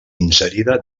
inserida